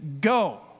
Go